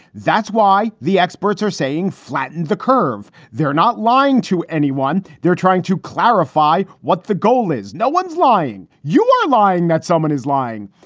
that's why the experts are saying flatten the curve. they're not lying to anyone. they're trying to clarify what the goal is. no one's lying. you are lying that someone is lying.